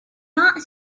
not